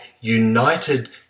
united